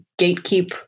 gatekeep